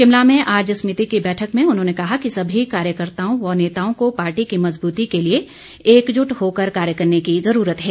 शिमला में आज समिति की बैठक में उन्होंने कहा कि सभी कार्यकर्ताओं व नेताओं को पार्टी की मजबूती के लिए एकजुट होकर कार्य करने की जरूरत है